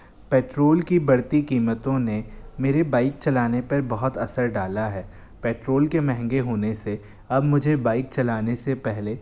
petrol की बढ़ती कीमतों ने मेरे बाइक चलाने पर बहुत असर डाला है पेट्रोल के महंगे होने से अब मुझे बाइक चलाने से पहले